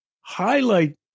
Highlight